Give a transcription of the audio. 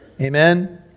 Amen